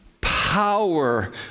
power